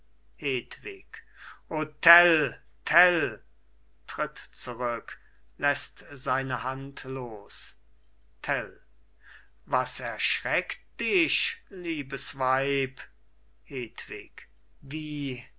tritt zurück lässt seine hand los tell was erschreckt dich liebes weib hedwig wie